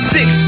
Six